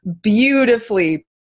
beautifully